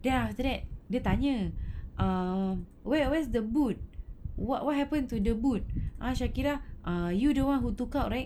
then after that dia tanya err where where's the boot what what happened to the boot !huh! shakirah err you the one who took out right